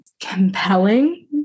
compelling